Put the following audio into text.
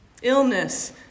Illness